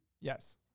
Yes